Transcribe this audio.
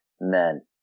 men